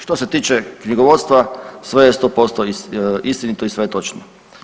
Što se tiče knjigovodstva sve je 100% istinito i sve je točno.